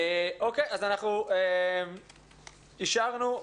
אנחנו אישרנו,